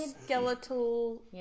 skeletal